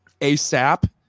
ASAP